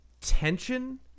tension